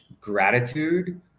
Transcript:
gratitude